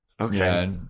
Okay